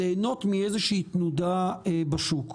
ליהנות מאיזושהי תנודה בשוק.